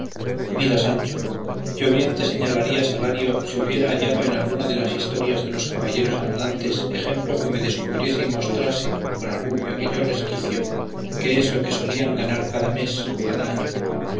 mira sancho yo bien te señalaría salario si hubiera hallado en alguna de las historias de los caballeros andantes ejemplo que me descubriese y mostrase por algún pequeño resquicio qué es lo que solían ganar cada mes o cada año